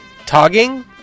Togging